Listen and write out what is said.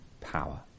power